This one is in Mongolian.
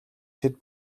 тэд